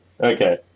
Okay